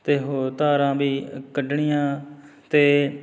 ਅਤੇ ਹੋਰ ਧਾਰਾਂ ਵੀ ਕੱਢਣੀਆਂ ਅਤੇ